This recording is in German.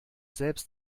selbst